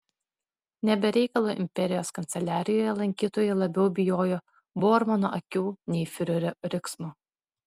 ne be reikalo imperijos kanceliarijoje lankytojai labiau bijojo bormano akių nei fiurerio riksmo